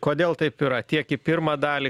kodėl taip yra tiek į pirmą dalį